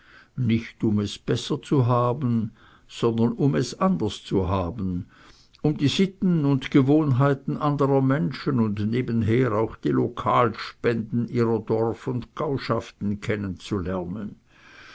nicht um es besser zu haben sondern um es anders zu haben um die sitten und gewohnheiten anderer menschen und nebenher auch die lokalspenden ihrer dorf und gauschaften